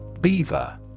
Beaver